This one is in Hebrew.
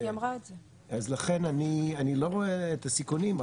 לכן אני לא רואה את הסיכונים.